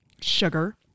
Sugar